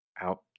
out